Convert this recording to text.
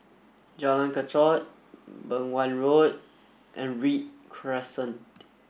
Jalan Kechot Beng Wan Road and Read Crescent